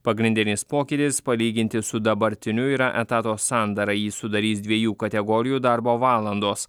pagrindinis pokytis palyginti su dabartiniu yra etato sandara jį sudarys dviejų kategorijų darbo valandos